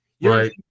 Right